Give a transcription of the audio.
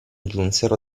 giunsero